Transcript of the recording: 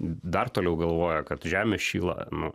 dar toliau galvoja kad žemė šyla nu